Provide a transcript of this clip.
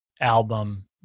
album